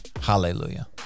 Hallelujah